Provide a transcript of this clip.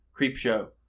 Creepshow